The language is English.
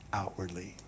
outwardly